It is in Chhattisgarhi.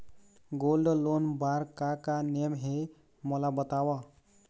गोल्ड लोन बार का का नेम हे, मोला बताव?